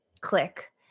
click